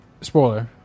Spoiler